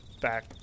back